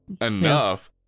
enough